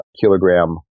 kilogram